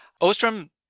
Ostrom